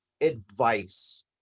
advice